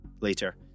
Later